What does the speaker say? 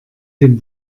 den